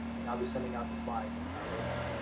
and i'll be sending out the slides later,